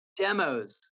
demos